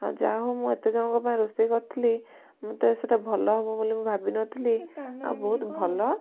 ହଁ ଯା ହଉ ମୁଁ ଏତେଜଣଙ୍କ ପାଇଁ ରୋଷେଇ କରିଥିଲି ମୁଁ ତ ସେଟା ଭଲ ହବ ବୋଲି ଭାବିନଥିଲି ଆଉ ବହୁତ ଭଲ